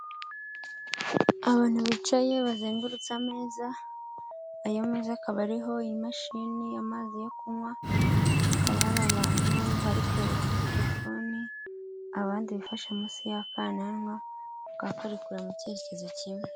Abantu bicaye bazengurutse ameza, ayo meza akaba ariho imashini ,amazi yo kunywa, hakaba hari abantu bari kureba kuri telefoni, abandi bifashe munsi y'akananwa bakaba bari kureba mu cyerekezo kimwe.